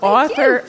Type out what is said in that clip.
author